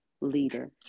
leader